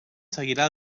seguirà